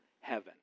heaven